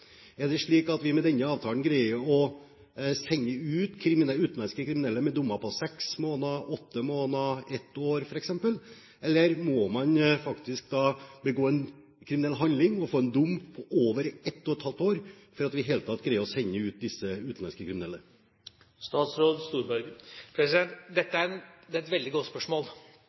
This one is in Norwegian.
Er det slik at vi med disse avtalene greier å sende ut utenlandske kriminelle med dommer på seks måneder, åtte måneder, ett år, f.eks., eller må man faktisk begå en kriminell handling og få en dom på over ett og et halvt år for at vi i det hele tatt skal greie å sende ut disse utenlandske kriminelle? Det er et veldig godt spørsmål, for jeg mener at de avtalene som inngås nå, og det